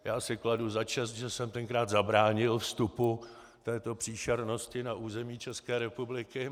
Já si kladu za čest, že jsem tenkrát zabránil vstupu této příšernosti na území České republiky.